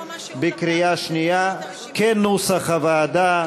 כנוסח הוועדה,